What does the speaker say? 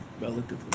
relatively